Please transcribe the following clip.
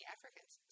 Africans